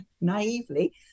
naively